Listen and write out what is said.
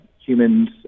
humans